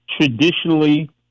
traditionally